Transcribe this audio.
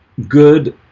good